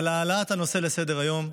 על העלאת הנושא לסדר-היום.